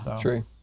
True